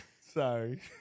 Sorry